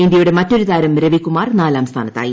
ഇന്തൃയുടെ മറ്റൊരു താരം രവികുമാർ നാലാം സ്ഥാനത്തായി